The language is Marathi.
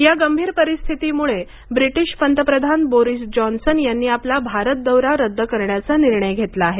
या गंभीर परिस्थितीमुळे ब्रिटिश पंतप्रधान बोरिस जॉन्सन यांनी आपला भारत दौरा रद्द करण्याचा निर्णय घेतला आहे